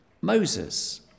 Moses